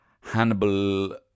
Hannibal